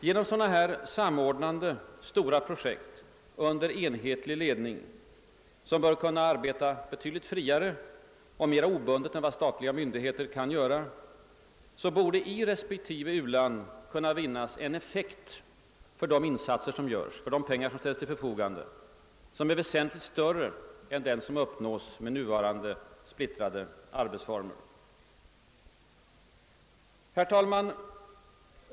Genom sådana samordnande stora projekt under enhetlig ledning, som bör kunna arbeta betydligt friare och mera obundet än vad statliga myndigheter kan göra, borde man i respektive uland kunna vinna en effekt för de insatser som görs, för de pengar som ställs till förfogande, som är väsentligt större än som uppnås med nuvarande splittrade arbetsformer. Herr talman!